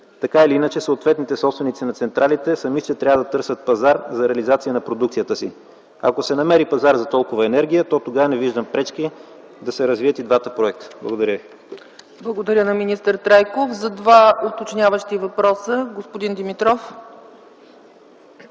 Така или иначе, съответните собственици на централите сами ще трябва да търсят пазар за реализация на продукцията си. Ако се намери пазар за толкова енергия, тогава не виждам пречки да се развият и двата проекта. Благодаря. ПРЕДСЕДАТЕЛ ЦЕЦКА ЦАЧЕВА: Благодаря на министър Трайков. За два доуточняващи въпроса – господин Димитров.